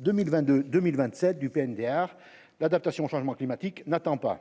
2022 2027 du PND, l'adaptation au changement climatique n'attend pas